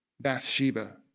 Bathsheba